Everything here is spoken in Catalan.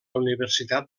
universitat